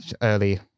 early